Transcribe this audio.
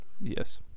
Yes